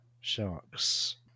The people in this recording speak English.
Sharks